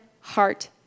heart